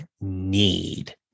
need